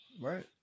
right